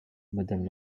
madame